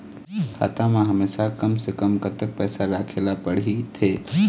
खाता मा हमेशा कम से कम कतक पैसा राखेला पड़ही थे?